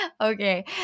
Okay